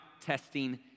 testing